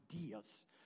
ideas